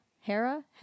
Hera